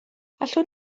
allwn